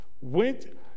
went